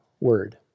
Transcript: word